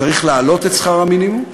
צריך להעלות את שכר המינימום,